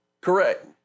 correct